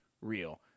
real